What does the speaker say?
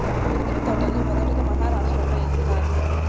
యెదురు తోటల్ని మొదటగా మహారాష్ట్రలో ఏసినారు